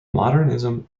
modernism